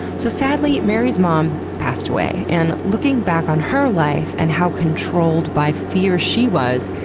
so sadly, mary's mom passed away, and looking back on her life and how controlled by fear she was,